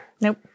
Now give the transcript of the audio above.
nope